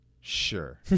sure